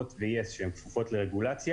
הוט ו-יס שהן כפופות לרגולציה,